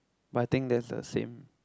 but I think that's the same